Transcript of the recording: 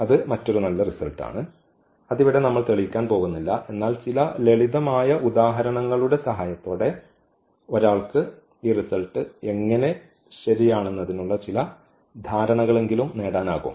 അത് മറ്റൊരു നല്ല റിസൾട്ടാണ് അതിവിടെ നമ്മൾ തെളിയിക്കാൻ പോകുന്നില്ല എന്നാൽ ചില ലളിതമായ ഉദാഹരണങ്ങളുടെ സഹായത്തോടെ ഒരാൾക്ക് ഈ റിസൽട്ട് എങ്ങനെ ശരിയാണെന്നതിനുള്ള ചില ധാരണകളെങ്കിലും നേടാനാകും